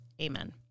Amen